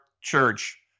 church